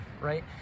right